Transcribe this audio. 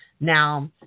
Now